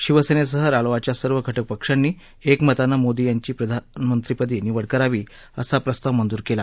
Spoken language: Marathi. शिवसेनेसह रालोआच्या सर्व घटकपक्षांनी एकमतानं मोदी यांची प्रधानमंत्रीपदी निवड करावी असा प्रस्ताव मंजूर केला